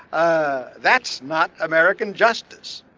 ah that's not american justice.